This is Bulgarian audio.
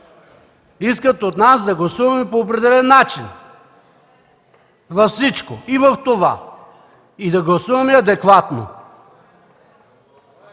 искат от нас да гласуваме по определен начин във всичко – и в това, и да гласуваме адекватно.